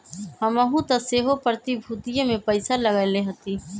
हमहुँ तऽ सेहो प्रतिभूतिय में पइसा लगएले हती